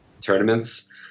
tournaments